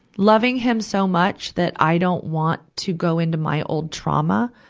loving him so much that i don't want to go into my old trauma.